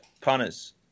punters